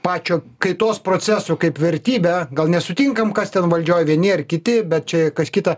pačio kaitos procesu kaip vertybę gal nesutinkam kas ten valdžioj vieni ar kiti bet čia kas kita